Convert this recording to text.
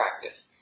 practice